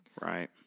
Right